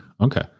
Okay